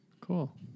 Cool